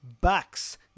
bucks